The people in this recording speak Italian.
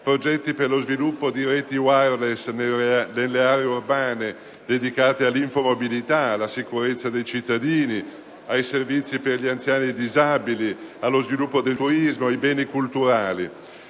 progetti per lo sviluppo di reti *wireless* nelle aree urbane dedicate all'infomobilità e alla sicurezza dei cittadini, ai servizi per gli anziani e i disabili, allo sviluppo del turismo e ai beni culturali;